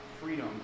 freedom